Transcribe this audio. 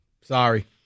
Sorry